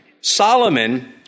Solomon